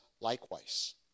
likewise